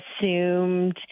assumed